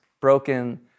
broken